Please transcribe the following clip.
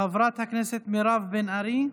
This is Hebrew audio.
חברת הכנסת מירב בן ארי,